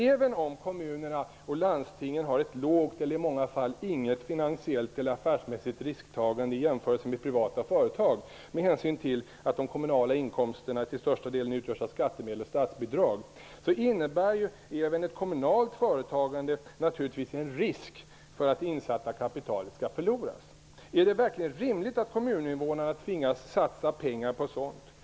Även om kommunerna och landstingen har ett lågt eller i många fall inget finansiellt eller affärsmässigt risktagande jämfört med privata företag, med hänsyn till att de kommunala inkomsterna till största delen utgörs av skattemedel och statsbidrag, innebär även ett kommunalt företagande naturligtvis en risk för att det insatta kapitalet skall förloras. Är det verkligen rimligt att kommuninvånarna tvingas satsa pengar på sådant?